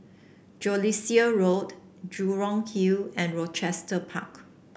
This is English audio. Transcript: Jellicoe Road Jurong Hill and Rochester Park